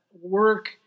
work